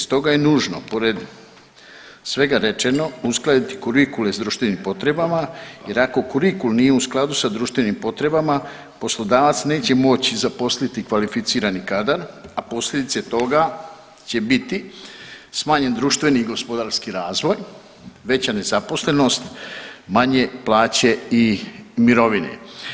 Stoga je nužno pored svega rečenog uskladiti kurikule s društvenim potrebama jer ako kurikul nije u skladu sa društvenim potrebama poslodavac neće moći zaposliti kvalificirani kadar, a posljedice toga će biti smanjen društveni i gospodarski razvoj, veća nezaposlenost, manje plaće i mirovine.